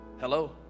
Hello